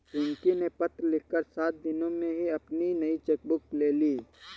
पिंकी ने पत्र लिखकर सात दिन में ही अपनी नयी चेक बुक ले ली